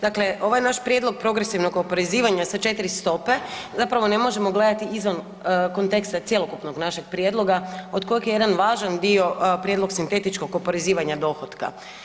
Dakle, ovaj naš prijedlog progresivnog oporezivanja sa četiri stope zapravo ne možemo gledati izvan konteksta cjelokupnog našeg prijedloga od kojeg je jedan važan dio prijedlog sintetičkog oporezivanja dohotka.